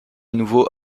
nouveau